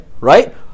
right